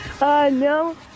No